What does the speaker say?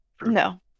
No